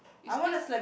you spill